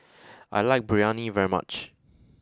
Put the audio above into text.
I like Biryani very much